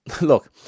look